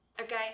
Okay